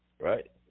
Right